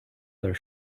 their